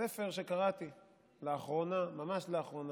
ספר שקראתי לאחרונה, ממש לאחרונה,